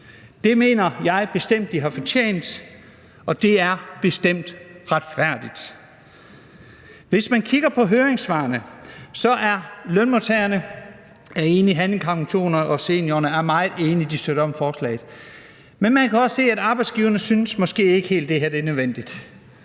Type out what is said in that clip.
Det mener jeg bestemt de har fortjent, og det er bestemt retfærdigt. Hvis man kigger på høringssvarene, vil man se, at lønmodtagerne er enige, og at handicaporganisationerne og seniorerne er meget enige: De støtter op om forslaget. Men man kan også se, at arbejdsgiverne måske ikke helt